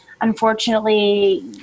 unfortunately